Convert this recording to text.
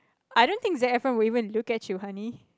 I don't think Zac-Efron will even look at you honey